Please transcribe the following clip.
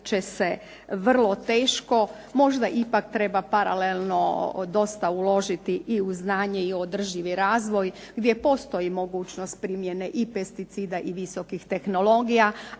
će se vrlo teško. Možda ipak treba paralelno dosta uložiti u znanje i održivi razvoj gdje postoji mogućnost primjene i pesticida i visokih tehnologija.